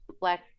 Black